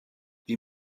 wir